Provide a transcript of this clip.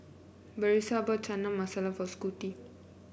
Brisa bought Chana Masala for Scotty